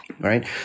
Right